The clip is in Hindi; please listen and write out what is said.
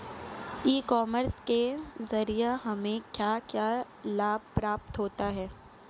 ई कॉमर्स के ज़रिए हमें क्या क्या लाभ प्राप्त होता है?